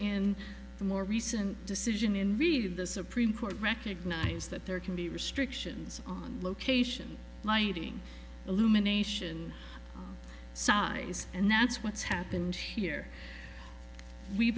the more recent decision in review the supreme court recognized that there can be restrictions on location lighting illumination size and that's what's happened here we